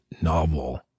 novel